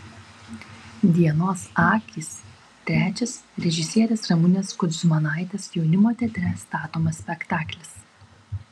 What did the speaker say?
dienos akys trečias režisierės ramunės kudzmanaitės jaunimo teatre statomas spektaklis